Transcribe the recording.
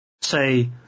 say